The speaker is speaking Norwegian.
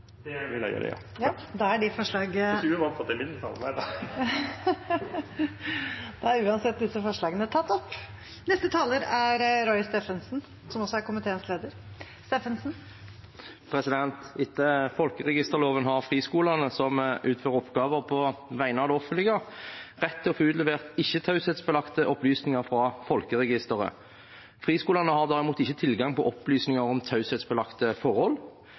tatt opp de forslagene han refererte til. Etter folkeregisterloven har friskolene som utfører oppgaver på vegne av det offentlige, rett til å få utlevert ikke-taushetsbelagte opplysninger fra folkeregisteret. Friskolene har derimot ikke tilgang til opplysninger om taushetsbelagte forhold.